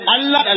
Allah